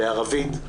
בערבית,